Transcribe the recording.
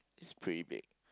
is pretty big